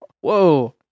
whoa